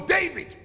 David